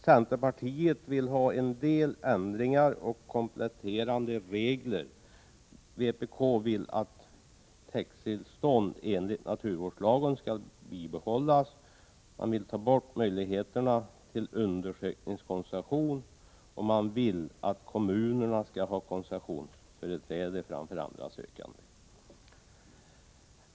Centerpartiet vill ha en del ändringar och kompletterande regler. Vpk vill att täkttillstånd enligt naturvårdslagen skall bibehållas; man vill ta bort möjligheterna till undersökningskoncession, och man vill att kommunerna skall ha koncessionsföreträde framför andra sökande.